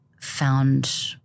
found